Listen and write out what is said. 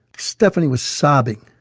stephanie was sobbing